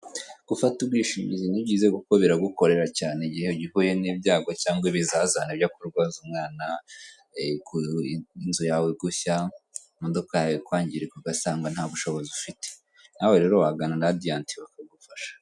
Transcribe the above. Gufata ubwishingizi ni byiza kuko biragukorera cyane igihe uhuye n'ibyago cyangwa ibizazane byo kurwaza umwana, inzu yawe gushya, imodoka yawe kwangirika ugasanga nta bushobozi ufite, nawe rero wagana Radiyanti bakagufasha.